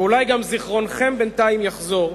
ואולי גם זיכרונכם בינתיים יחזור,